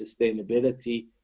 sustainability